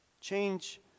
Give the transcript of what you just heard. Change